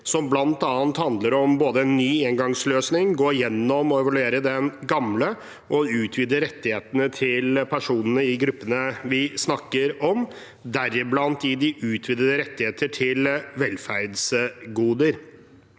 som bl.a. handler om både ny engangsløsning, å gå gjennom og evaluere den gamle og å utvide rettighetene til personene i gruppene vi snakker om, deriblant gi dem utvidede rettigheter til velferdsgoder.